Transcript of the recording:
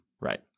Right